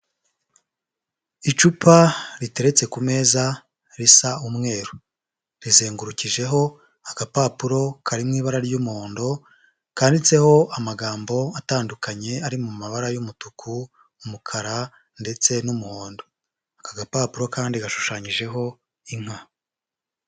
Icupa riteretse ku meza risa umweru, rizengurukijeho agapapuro kari mu ibara ry'umuhondo kanditseho amagambo atandukanye ari mu mabara y'umutuku, umukara ndetse n'umuhondo. Aka gapapuro kandi gashushanyijeho inka.